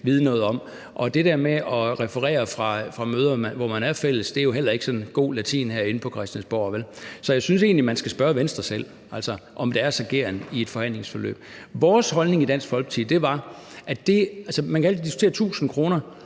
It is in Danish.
vide noget om. Og det der med at referere fra møder, hvor man er fælles, er jo heller ikke god latin herinde på Christiansborg, vel? Så jeg synes egentlig, man skal spørge Venstre selv om deres ageren i et forhandlingsforløb. Man kan altid diskutere 1.000 kr.